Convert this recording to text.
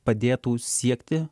padėtų siekti